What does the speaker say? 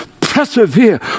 persevere